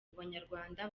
banyarwanda